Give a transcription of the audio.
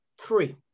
Three